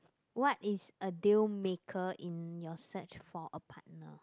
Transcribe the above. what is a deal maker in your search for a partner